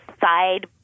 side